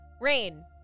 Rain